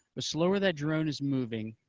the slower that drone is moving,